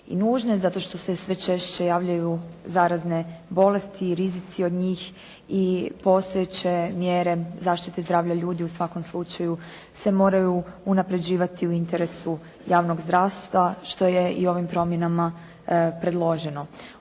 i nužne zato što se sve češće javljaju zarazne bolesti i rizici od njih i postojeće mjere zaštite zdravlja ljudi u svakom slučaju se moraju unapređivati u interesu javnog zdravstva, što je i ovim promjenama predloženo.